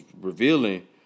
revealing